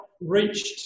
reached